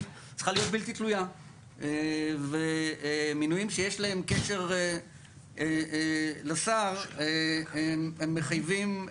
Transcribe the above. צריכה לביות בלתי תלויה ומינויים שיש להם קשר לשר הם בעייתיים